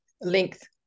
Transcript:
length